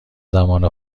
زمان